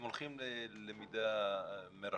הם הולכים ללמידה מרחוק.